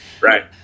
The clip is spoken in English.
right